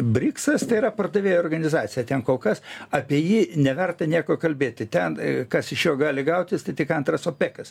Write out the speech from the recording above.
briksas tai yra pardavėjo organizacija ten kol kas apie jį neverta nieko kalbėti ten kas iš jo gali gautis tai tik antras opėkas